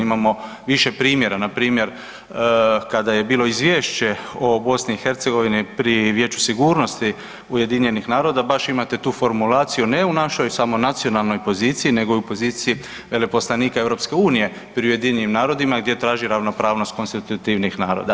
Imamo više primjere, npr. kada je bilo izvješće o BiH pri Vijeću sigurnosti UN-a baš imate tu formulaciju ne u našoj samo nacionalnoj poziciji nego i u poziciji veleposlanika EU pri UN-a gdje traži ravnopravnost konstitutivnih naroda.